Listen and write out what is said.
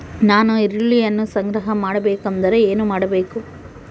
ನಾನು ಈರುಳ್ಳಿಯನ್ನು ಸಂಗ್ರಹ ಮಾಡಬೇಕೆಂದರೆ ಏನು ಮಾಡಬೇಕು?